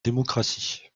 démocratie